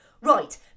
Right